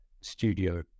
studio